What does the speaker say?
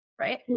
Right